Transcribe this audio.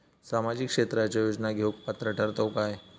सामाजिक क्षेत्राच्या योजना घेवुक पात्र ठरतव काय?